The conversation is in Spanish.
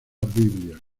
biblia